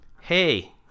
Hey